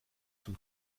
zum